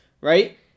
right